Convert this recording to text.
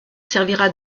servira